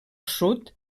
sud